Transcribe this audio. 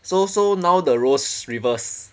so so now the roles reverse